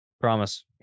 Promise